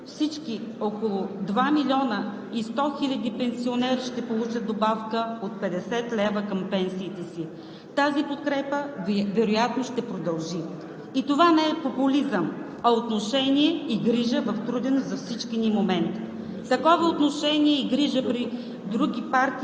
всички – около 2 100 000 пенсионери ще получат добавка от 50 лв. към пенсиите си. Тази подкрепа вероятно ще продължи. И това не е популизъм, а отношение и грижа в труден за всички ни момент. Такова отношение и грижа при други партии